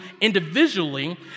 individually